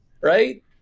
Right